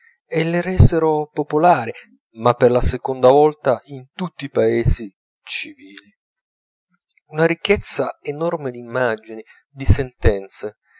e le resero popolari per la seconda volta in tutti i paesi civili una ricchezza enorme d'immagini di sentenze